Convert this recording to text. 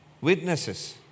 witnesses